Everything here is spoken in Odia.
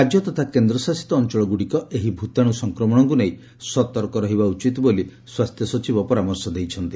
ରାଜ୍ୟ ତଥା କେନ୍ଦ୍ରଶାସିତ ଅଞ୍ଚଳଗୁଡ଼ିକ ଏହି ଭୂତାଣୁ ସଂକ୍ରମଣକୁ ନେଇ ସତର୍କ ରହିବା ଉଚିତ ବୋଲି ସ୍ୱାସ୍ଥ୍ୟ ସଚିବ ପରାମର୍ଶ ଦେଇଛନ୍ତି